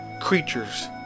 creatures